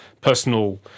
personal